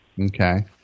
Okay